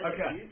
Okay